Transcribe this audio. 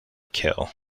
kill